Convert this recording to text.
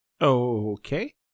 Okay